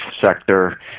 sector